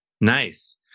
Nice